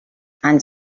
and